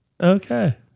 Okay